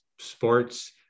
sports